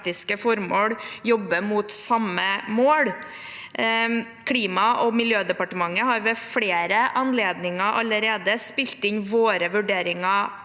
praktiske formål jobber mot samme mål. Klima- og miljødepartementet har ved flere anledninger allerede spilt inn våre vurderinger